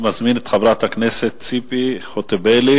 אני מזמין את חברת הכנסת ציפי חוטובלי,